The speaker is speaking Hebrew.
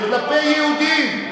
זה כלפי יהודים.